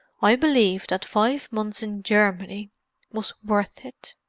i believe that five months in germany was worth it.